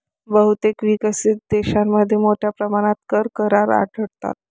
बहुतेक विकसित देशांमध्ये मोठ्या प्रमाणात कर करार आढळतात